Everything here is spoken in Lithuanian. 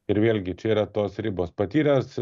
ir vėlgi čia yra tos ribos patyręs